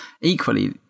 Equally